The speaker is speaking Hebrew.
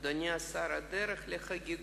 אבל, אדוני השר, הדרך לחגיגות